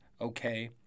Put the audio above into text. okay